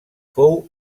fou